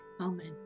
amen